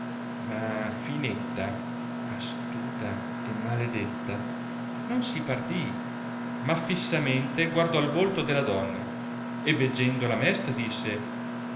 ma finetta astuta e maledetta non si partì ma fissamente guardò il volto della donna e veggendola mesta disse